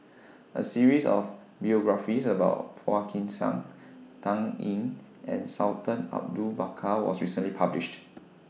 A series of biographies about Phua Kin Siang Dan Ying and Sultan Abu Bakar was recently published